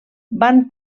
van